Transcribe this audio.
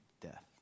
death